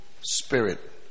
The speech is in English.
Spirit